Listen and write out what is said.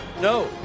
No